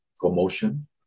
commotion